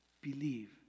believe